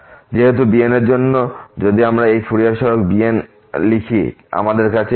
এবং bn এর জন্য যদি আমরা এই ফুরিয়ার সহগগুলি bn লিখি আমাদের কাছে এটি